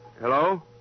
Hello